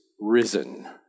risen